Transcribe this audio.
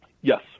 Yes